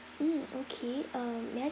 mm okay um may I